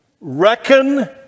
Reckon